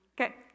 Okay